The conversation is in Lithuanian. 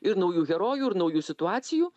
ir naujų herojų ir naujų situacijų